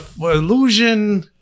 illusion